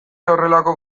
horrelako